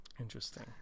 Interesting